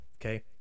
okay